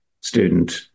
student